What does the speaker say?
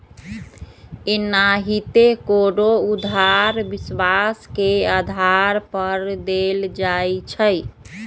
एनाहिते कोनो उधार विश्वास के आधार पर देल जाइ छइ